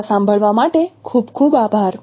તમારા સાંભળવા માટે ખૂબ ખૂબ આભાર